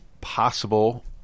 possible